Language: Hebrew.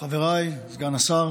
כבוד היושב-ראש, חבריי, סגן השר,